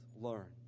learned